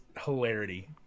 hilarity